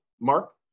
Mark